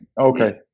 Okay